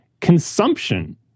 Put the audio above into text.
consumption